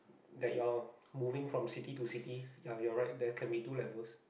that you are moving from city to city ya you are right there can be two levels